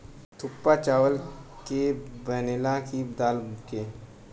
थुक्पा चावल के बनेला की दाल के?